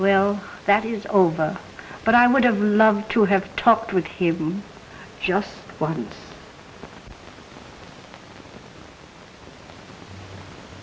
well that is over but i would have loved to have talked with him just